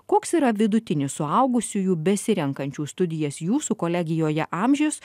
koks yra vidutinis suaugusiųjų besirenkančių studijas jūsų kolegijoje amžius